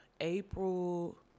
April